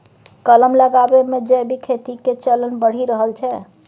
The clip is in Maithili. कलम लगाबै मे जैविक खेती के चलन बढ़ि रहल छै